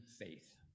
faith